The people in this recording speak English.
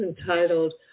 entitled